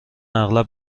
اغلب